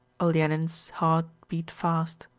olenin's heart beat fast.